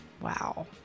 Wow